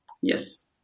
Yes